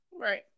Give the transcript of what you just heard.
Right